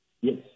Yes